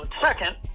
second